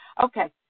Okay